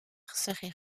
serait